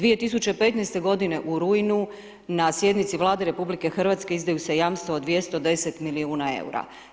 2015. godine u rujnu na sjednici Vlade RH izdaju se jamstva od 210 milijuna EUR-a.